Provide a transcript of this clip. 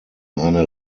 eine